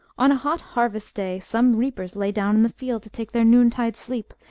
on a hot harvest day some reapers lay down in the field to take their noontide sleep,